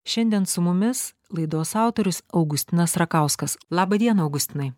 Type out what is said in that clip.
šiandien su mumis laidos autorius augustinas rakauskas laba diena augustinai